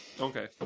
Okay